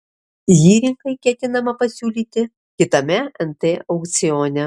jį rinkai ketinama pasiūlyti kitame nt aukcione